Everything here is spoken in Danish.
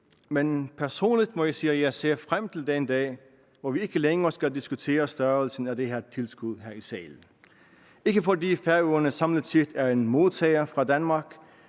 Men personligt ser jeg frem til den dag, hvor vi ikke længere skal diskutere størrelsen af dette tilskud her i salen; ikke fordi Færøerne samlet set er en modtager fra Danmark,